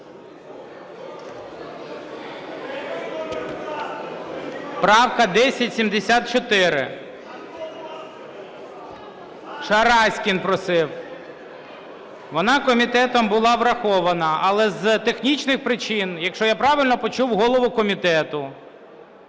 ГОЛОВУЮЧИЙ. Шараськін просив. Вона комітетом була врахована. Але з технічних причин, якщо я правильно почув голову комітету